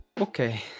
Okay